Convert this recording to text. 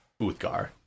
Uthgar